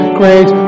great